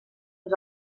uns